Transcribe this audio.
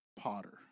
potter